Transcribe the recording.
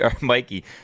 Mikey